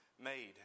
made